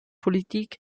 politik